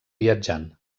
viatjant